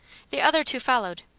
the other two followed.